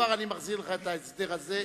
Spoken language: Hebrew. כבר אני מחזיר לך את ההסדר הזה,